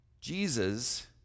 Jesus